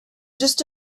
just